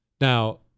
Now